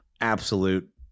absolute